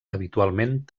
habitualment